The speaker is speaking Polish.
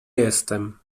jestem